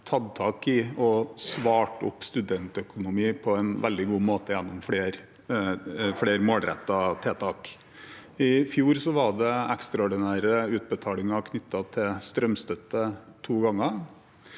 tatt tak i og svart opp studentøkonomi på en veldig god måte gjennom flere målrettede tiltak. I fjor var det ekstraordinære utbetalinger knyttet til strømstøtte, to ganger.